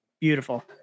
beautiful